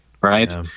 right